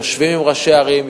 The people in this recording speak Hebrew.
יושבים עם ראשי ערים,